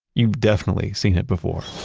you've definitely seen it before.